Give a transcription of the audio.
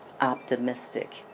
optimistic